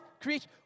create